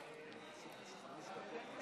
לפני שנעבור להצעת החוק הבאה,